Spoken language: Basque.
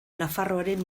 nafarroaren